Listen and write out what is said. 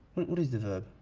what is the verb?